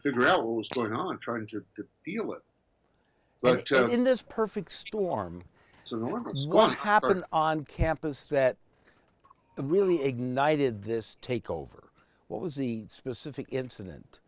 figure out what was going on trying to feel it but in this perfect storm so not what happened on campus that really ignited this takeover what was the specific incident